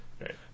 Right